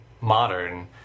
modern